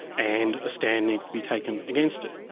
and a stand needs to be taken against it.